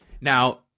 Now